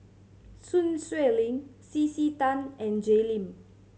Sun Xueling C C Tan and Jay Lim